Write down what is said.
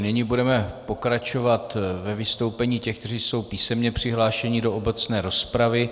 Nyní budeme pokračovat ve vystoupení těch, kteří jsou písemně přihlášeni do obecné rozpravy.